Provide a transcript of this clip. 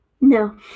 No